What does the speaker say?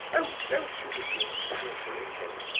oh, don't you begin bantering him,